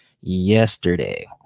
yesterday